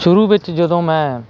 ਸ਼ੁਰੂ ਵਿੱਚ ਜਦੋਂ ਮੈਂ